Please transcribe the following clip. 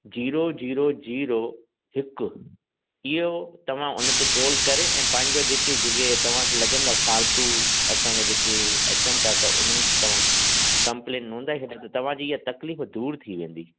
जीरो zero zero हिकु इहो तव्हां उन ते कॉल करे ऐं पंहिंजो जेके जॻहि तव्हां खे लॻंदव फ़ालतू असां जा जेके अचनि था त उन्हनि ते तव्हां कम्पलेन नोंधाए छॾियो त तव्हां जी इहा तक़लीफ दूरि थी वेंदी